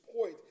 point